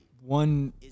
one